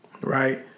right